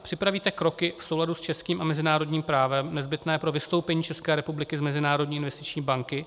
Připravíte kroky v souladu s českým a mezinárodním právem nezbytné pro vystoupení České republiky z Mezinárodní investiční banky?